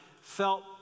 felt